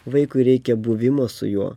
vaikui reikia buvimo su juo